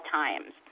times